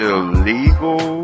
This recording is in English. Illegal